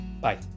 Bye